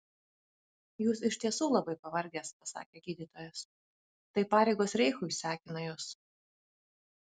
jūs iš tiesų labai pavargęs pasakė gydytojas tai pareigos reichui sekina jus